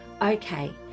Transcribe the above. Okay